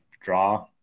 draw